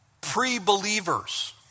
pre-believers